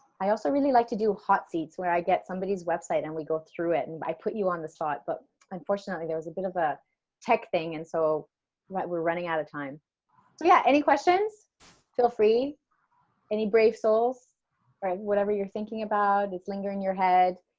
i also really like to do hot seats where i get somebody's website and we go through it and i put you on the site but unfortunately there was a bit of a tech thing and so what we're running out of time so yeah any questions feel free any brave souls right whatever you're thinking about it's linger in your head